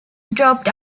dropped